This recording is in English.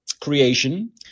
creation